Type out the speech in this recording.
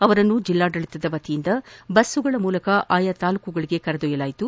ಅವರನ್ನು ಜಿಲ್ಲಾಡಳಿತದ ವತಿಯಿಂದ ಬಸ್ ಮೂಲಕ ಆಯಾ ತಾಲ್ಲೂಕುಗಳಿಗೆ ಕರೆದೊಯ್ಯಲಾಗಿದೆ